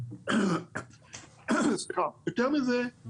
יותר מזה,